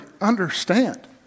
understand